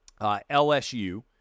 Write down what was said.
LSU